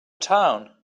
town